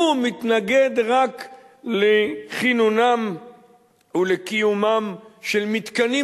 הוא מתנגד רק לכינונם ולקיומם של מתקנים